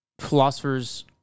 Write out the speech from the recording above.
philosophers